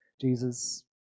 Jesus